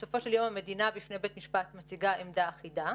בסופו של יום המדינה בפני בית משפט מציגה עמדה אחידה,